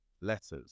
letters